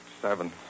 Seven